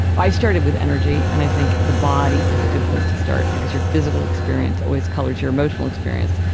i started with energy and i think the body is a good place to start because your physical experience always colours your emotional experience.